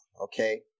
Okay